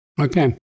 Okay